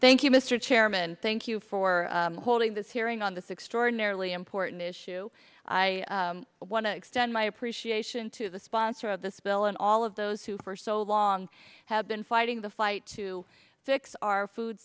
thank you mr chairman thank you for holding this hearing on this extraordinary important issue i want to extend my appreciation to the sponsor of this bill and all of those who for so long have been fighting the fight to fix our food